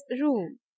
room